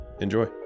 Enjoy